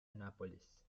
annapolis